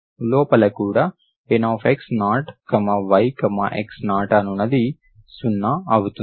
లోపల కూడా Nx0yx0 అనునది 0 అవుతుంది